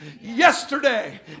yesterday